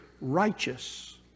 righteous